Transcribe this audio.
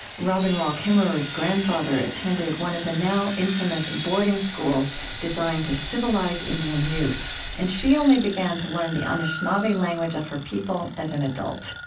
robin wall kimmerer's grandfather attended one of the now infamous boarding schools designed to civilize indian youth and she only began to learn the anishinaabe language of her people as an adult.